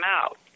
out